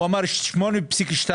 הוא אמר שהעלייה אמורה להיות 8.2%,